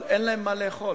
אבל אין להם מה לאכול.